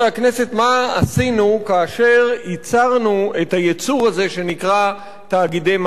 מה עשינו כאשר ייצרנו את היצור הזה שנקרא תאגידי מים וביוב.